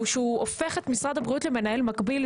שהוא הופך את משרד הבריאות למנהל מקביל.